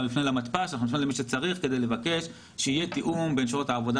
גם נפנה למתפ"ש ולמי שצריך כדי לבקש שיהיה תיאום בין שעות העבודה